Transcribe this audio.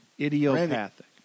Idiopathic